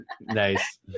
Nice